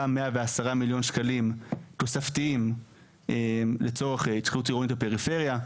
110 מיליון שקלים תוספתיים לצורך התחדשות עירונית בפריפריה.